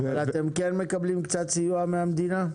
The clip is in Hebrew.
אבל אתם כן מקבלים קצת סיוע מהמדינה?